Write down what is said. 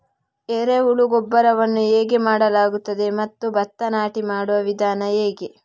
ಎರೆಹುಳು ಗೊಬ್ಬರವನ್ನು ಹೇಗೆ ಮಾಡಲಾಗುತ್ತದೆ ಮತ್ತು ಭತ್ತ ನಾಟಿ ಮಾಡುವ ವಿಧಾನ ಹೇಗೆ?